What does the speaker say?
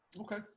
okay